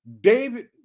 David